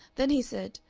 then he said,